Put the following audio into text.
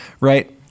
right